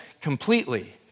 completely